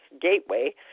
gateway